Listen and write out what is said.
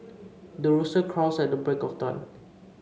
the rooster crows at the break of dawn